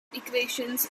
equations